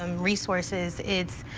um resources its.